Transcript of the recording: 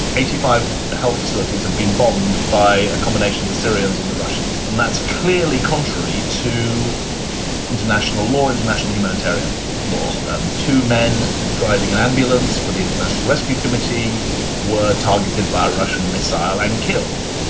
eighty five health facilities have been bombed by a combination of the syrians and the russians. and that's clearly contrary to international law, international humanitarian law. and two men driving an ambulance for the international rescue committee were targeted by russian missile and killed.